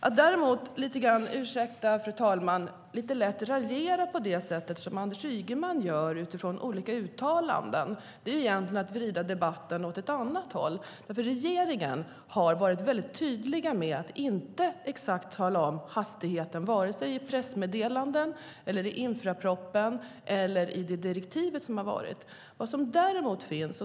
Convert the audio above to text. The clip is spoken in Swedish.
Att däremot - ursäkta, fru talman - lite lätt raljera på det sätt som Anders Ygeman utifrån olika uttalanden gör är att egentligen vrida debatten åt ett annat håll. Regeringen har nämligen varit mycket tydlig med att inte exakt tala om hastigheten, varken i pressmeddelanden, i infrastrukturpropositionen eller i det direktiv som funnits.